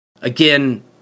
again